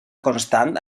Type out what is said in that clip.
constant